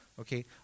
Okay